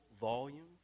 volume